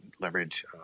leverage